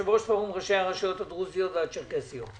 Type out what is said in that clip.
יושב-ראש פורום ראשי הרשויות הדרוזיות והצ'רקסיות.